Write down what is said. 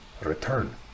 return